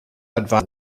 advisor